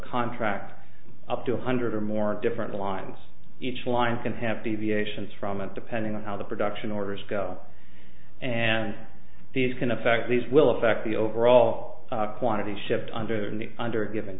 contract up to one hundred or more different lines each line can have deviations from and depending on how the production orders go and these can affect these will affect the overall quantity shipped under the under given